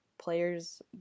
players